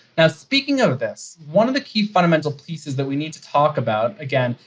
ah speaking of this, one of the key fundamental pieces that we need to talk about, again,